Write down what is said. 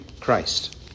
Christ